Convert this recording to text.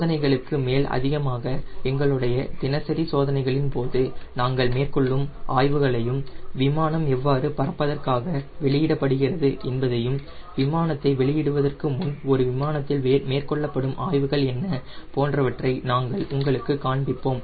சோதனைகளுக்கு மேலதிகமாக எங்களுடைய தினசரி சோதனைகளின் போது நாங்கள் மேற்கொள்ளும் ஆய்வுகளையும் விமானம் எவ்வாறு பறப்பதற்காக வெளியிடப்படுகிறது என்பதையும் விமானத்தை வெளியிடுவதற்கு முன் ஒரு விமானத்தில் மேற்கொள்ளப்படும் ஆய்வுகள் என்ன போன்றவற்றை நாங்கள் உங்களுக்குக் காண்பிப்போம்